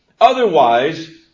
Otherwise